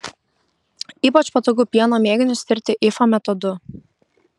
ypač patogu pieno mėginius tirti ifa metodu